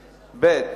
ב.